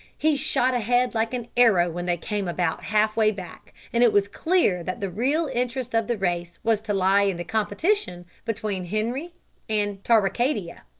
he shot ahead like an arrow when they came about half-way back, and it was clear that the real interest of the race was to lie in the competition between henri and tarwicadia.